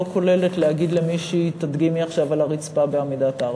לא כוללת להגיד למישהי: תדגימי עכשיו על הרצפה בעמידת ארבע.